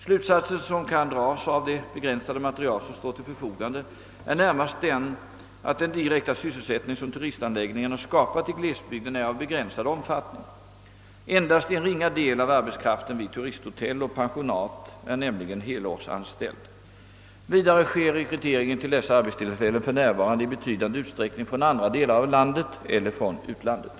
Slutsatsen som kan dras av det begränsade material som står till förfogande är närmast den, att den direkta sysselsättning som turistanläggningar skapat i glesbygden är av begränsad omfattning. Endast en ringa del av arbetskraften vid turisthotell och pensionat är nämligen helårsanställd. Vidare sker rekryteringen till dessa arbetstillfällen för närvarande i betydande utsträckning från andra delar av landet eller från utlandet.